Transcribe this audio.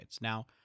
Now